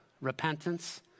Repentance